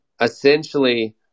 essentially